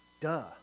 Duh